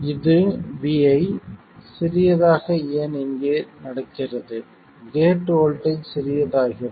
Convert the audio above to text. இது vi சிறியதாக ஏன் இங்கே நடக்கிறது கேட் வோல்ட்டேஜ் சிறியதாகிறது